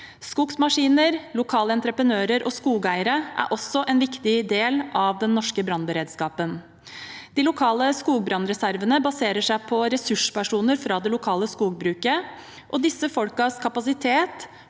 Skogsmaskiner, lokale entreprenører og skogeiere er også en viktig del av den norske brannberedskapen. De lokale skogbrannreservene baserer seg på ressurspersoner fra det lokale skogbruket, og disse folkenes kapasitet,